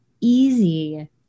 easy